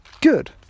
good